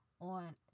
on